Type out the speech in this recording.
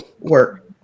work